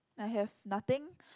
I have nothing